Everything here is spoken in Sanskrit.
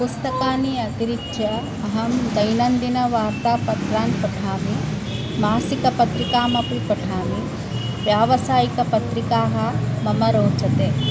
पुस्तकानि अतिरिच्य अहं दैनन्दिनवार्तापत्रान् पठामि मासिकपत्रिकामपि पठामि व्यावसायिकपत्रिकाः मम रोचते